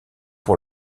pour